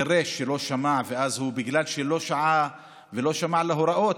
חירש שלא שמע ואז בגלל שלא שעה ולא שמע להוראות,